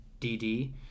dd